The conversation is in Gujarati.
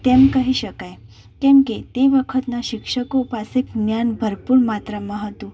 તેમ કહી શકાય કેમ કે તે વખતના શિક્ષકો પાસે જ્ઞાન ભરપુર માત્રામાં હતું